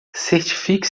certifique